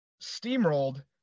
steamrolled